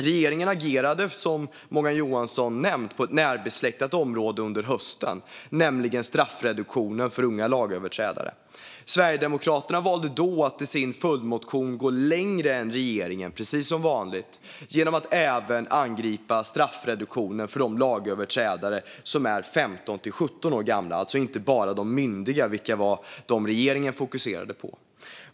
Regeringen agerade, som Morgan Johansson nämnde, på ett närbesläktat område under hösten, nämligen straffreduktionen för unga lagöverträdare. Sverigedemokraterna valde då att i sin följdmotion gå längre än regeringen, precis som vanligt, genom att även angripa straffreduktionen för de lagöverträdare som är 15-17 år gamla - alltså inte bara de myndiga, vilka var de regeringen fokuserade på.